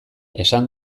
esan